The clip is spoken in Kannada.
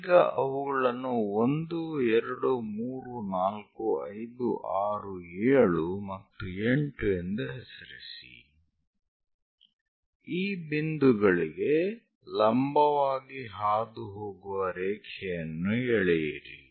ಈಗ ಅವುಗಳನ್ನು 1 2 3 4 5 6 7 ಮತ್ತು 8 ಎಂದು ಹೆಸರಿಸಿ ಈ ಬಿಂದುಗಳಿಗೆ ಲಂಬವಾಗಿ ಹಾದುಹೋಗುವ ರೇಖೆಯನ್ನು ಎಳೆಯಿರಿ